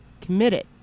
committed